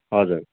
हजुर